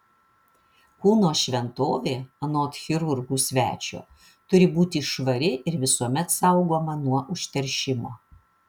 kūno šventovė anot chirurgų svečio turi būti švari ir visuomet saugoma nuo užteršimo